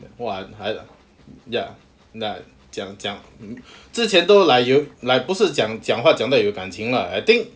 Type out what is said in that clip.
!wah! like ya ya 讲讲之前都 like 有 like 不是讲讲话讲到有感情 lah I think